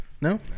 No